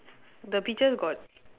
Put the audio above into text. the peaches got